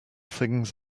things